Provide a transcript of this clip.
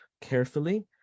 carefully